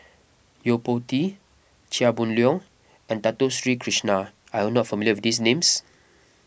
Yo Po Tee Chia Boon Leong and Dato Sri Krishna are you not familiar with these names